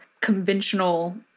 conventional